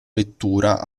vettura